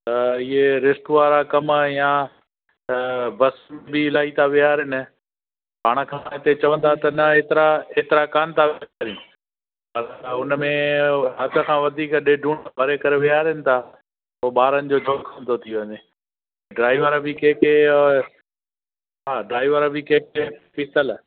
त इहे रिस्क वारा कमु या त बस बि इलाही था विहारिनि पाण खां हिते चवंदा त न हेतिरा हेतिरा कोन था विहारिनि उनमें उहो हद खां वधीक ॾेढूं भरे करे विहारिनि ता पो ॿारनि जो थो थी वञे ड्राइवर बि कंहिं कंहिं हा ड्राइवर बि कंहिं कंहिं पीतलु